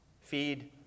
Feed